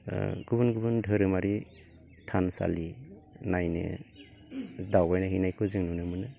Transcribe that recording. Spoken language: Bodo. ओ गुबुन गुबुन धोरोमारि थानसालि नायनो दावबाय हैनायखौ जों नुनो मोनो